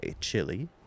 Chili